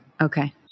Okay